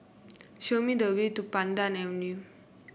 show me the way to Pandan Avenue